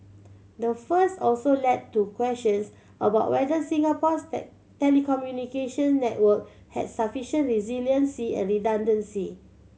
the also led to questions about whether Singapore's telecommunications network has sufficient resiliency and redundancy